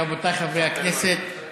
רבותיי חברי הכנסת,